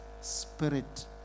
Spirit